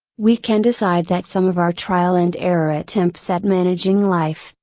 we can decide that some of our trial and error attempts at managing life,